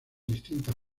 distintas